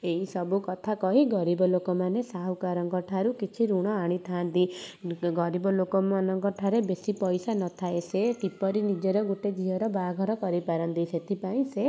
ଏହି ସବୁ କଥା କହି ଗରିବ ଲୋକମାନେ ସାହୁକାରଙ୍କ ଠାରୁ କିଛି ଋଣ ଆଣିଥାନ୍ତି ଗରିବ ଲୋକମାନଙ୍କ ଠାରେ ବେଶୀ ପଇସା ନ ଥାଏ ସେ କିପରି ନିଜର ଗୋଟେ ଝିଅର ବାହାଘର କରି ପାରନ୍ତି ସେଥିପାଇଁ ସେ